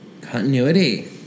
continuity